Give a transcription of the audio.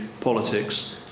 politics